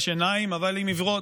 יש עיניים, אבל הן עיוורות.